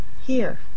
Here